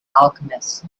alchemist